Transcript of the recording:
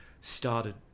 started